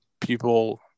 people